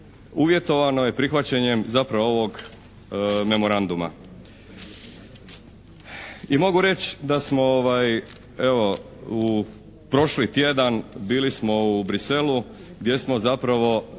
uvjetovano je prihvaćanjem zapravo ovog memoranduma. I mogu reći da smo prošli tjedan bili smo u Bruxellesu gdje smo zapravo